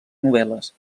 novel·les